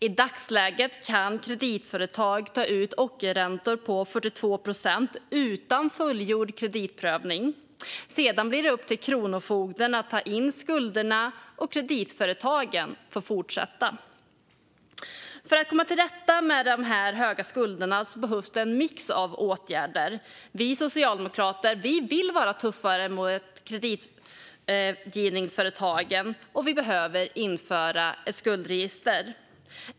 I dagsläget kan kreditföretag ta ut ockerräntor på 42 procent utan fullgjord kreditprövning. Sedan blir det upp till Kronofogden att ta in skulderna, och kreditföretagen får fortsätta. För att komma till rätta med de höga skulderna behövs en mix av åtgärder. Vi socialdemokrater vill vara tuffare mot kreditgivningsföretagen, och vi behöver införa ett skuldregister.